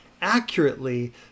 accurately